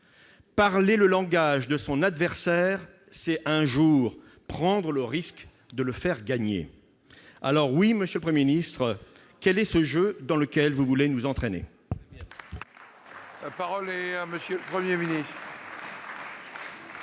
Parler le langage de son adversaire, c'est un jour prendre le risque de le faire gagner. Alors oui, monsieur le Premier ministre, quel est ce jeu dans lequel vous voulez nous entraîner ? La parole est à M. le Premier ministre.